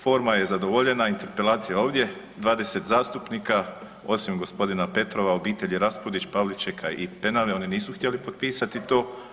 Forma je zadovoljena, interpelacija je ovdje, 20 zastupnika osim gospodina Petrova, obitelji Raspudić, Pavličeka i Penave oni nisu htjeli potpisati to.